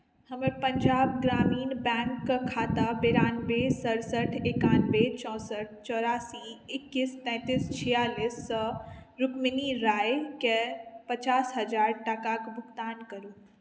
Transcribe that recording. हमर पंजाब ग्रामीण बैंकक खाता बिरानबे सरसठि एकानबे चौंसठि चौरासी एकैस तैंतीस छियालिससँ रुक्मीनी रायकेँ पचास हजार टाकाक भुगतान करू